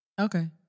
Okay